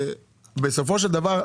ובסופו של דבר,